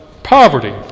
Poverty